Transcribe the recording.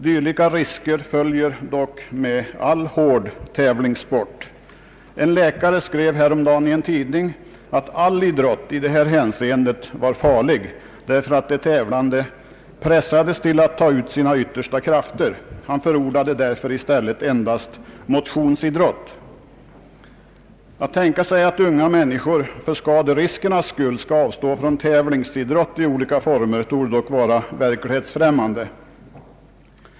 Dylika risker följer dock med all hård tävlingssport. En läkare skrev häromdagen i en tidning att all idrott i det här hänseendet är farlig, därför att de tävlande pressas till att ta ut sina yttersta krafter. Han förordade därför i stället endast motionsidrott. Att tänka sig att unga människor för skaderiskernas skull skall avstå från tävlingsidrott i olika former torde dock vara verklighetsfrämmande.